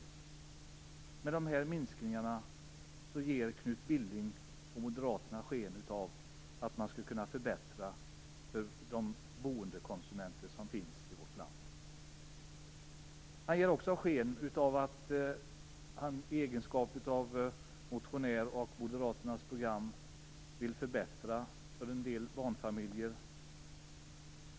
Med de här minskningarna ger Knut Billing och Moderaterna sken av att man skulle kunna förbättra för boendekonsumenterna i vårt land. Han ger också sken av att han i egenskap av motionär och anhängare av Moderaternas program vill förbättra för en del barnfamiljer.